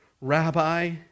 Rabbi